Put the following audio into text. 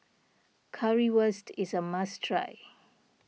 Currywurst is a must try